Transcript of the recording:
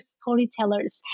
storytellers